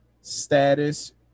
status